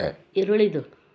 ಈರುಳ್ಳಿದು